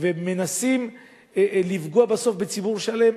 ומנסים לפגוע בסוף בציבור שלם,